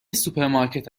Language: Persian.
سوپرمارکت